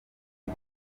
ibi